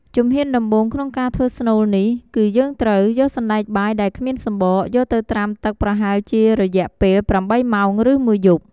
ជំហានដំបូងក្នុងការធ្វើស្នូលនេះ គឺយើងត្រូវ យកសណ្ដែកបាយដែលគ្មានសំបក យកទៅត្រាំទឹកប្រហែលជារយៈពេល ៨ ម៉ោង ឬមួយយប់។